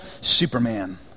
Superman